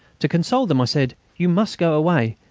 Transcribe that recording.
to console them i said you must go away.